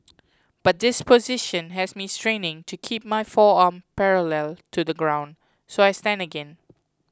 but this position has me straining to keep my forearm parallel to the ground so I stand again